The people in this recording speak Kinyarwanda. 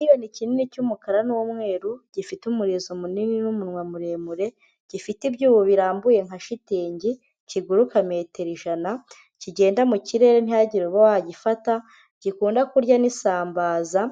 ikiyoni kinini cy'umukara n'umweru gifite umurizo munini n'umunwa muremure, gifite ibyuho birambuye nka shitingi kiguruka metero ijana. Kigenda mu kirere ntihagire uba wagifata, gikunda kurya n'isambaza